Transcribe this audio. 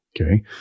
Okay